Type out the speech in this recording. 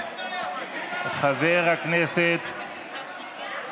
חבר הכנסת